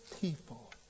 people